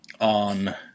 on